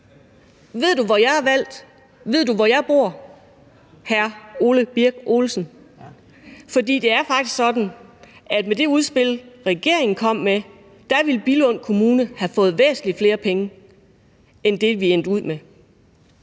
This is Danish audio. ved du, hvor jeg er valgt? Ved du, hvor jeg bor, hr. Ole Birk Olesen? For det er faktisk sådan, at med det udspil, regeringen kom med, ville Billund Kommune have fået væsentlig flere penge end det, vi endte ud med.